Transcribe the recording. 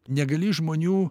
negali žmonių